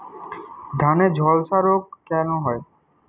ধানে ঝলসা রোগ কেন হয়?